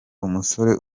umusore